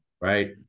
Right